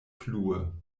plue